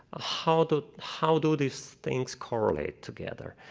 ah how do how do these things correlate together?